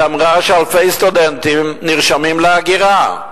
היא אמרה שאלפי סטודנטים נרשמים להגירה.